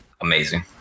amazing